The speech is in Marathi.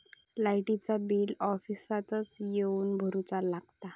लाईटाचा बिल ऑफिसातच येवन भरुचा लागता?